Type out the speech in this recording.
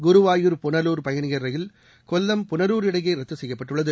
குருவாயூர் புனலூர் பயணியர் ரயில் கொல்லம் புனலூர் இடையே ரத்து செய்யப்பட்டுள்ளது